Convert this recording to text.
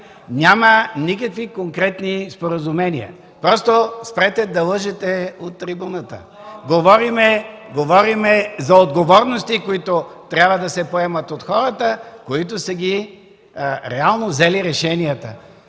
няма никакви конкретни споразумения, просто спрете да лъжете от трибуната. Говорим за отговорности, които трябва да се поемат от хората, които реално са взели решенията.